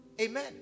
Amen